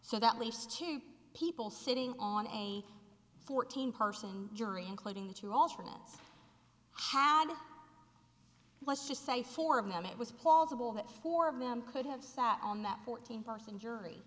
so that least two people sitting on a fourteen person jury including the two alternates had let's just say four of them it was plausible that four of them could have sat on that fourteen person jury